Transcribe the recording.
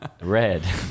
Red